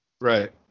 Right